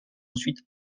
ensuite